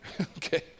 okay